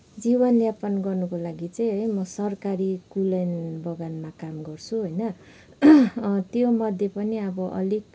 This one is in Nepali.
जीवन यापन गर्नुको लागि चाहिँ है म सरकारी कुलेन बगानमा काम गर्छु होइन त्योमध्ये पनि अब अलिक